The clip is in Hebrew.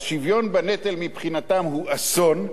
אז שוויון בנטל מבחינתם הוא אסון,